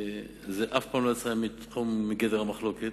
זה אף פעם לא יצא מגדר המחלוקת.